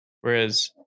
whereas